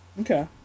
okay